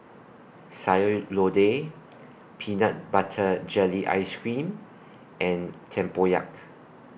Sayur Lodeh Peanut Butter Jelly Ice Cream and Tempoyak